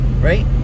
Right